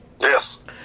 Yes